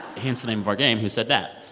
hence the name of our game, who said that.